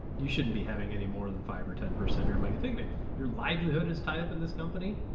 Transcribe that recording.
you shouldn't be having any more than five or ten percent of your money. think of it. your livelihood is tied up in this company.